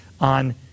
on